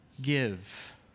give